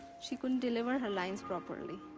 she couldn't deliver her lines properly.